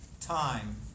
time